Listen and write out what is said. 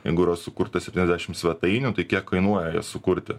jeigu yra sukurta septyniasdešim svetainių tai kiek kainuoja sukurti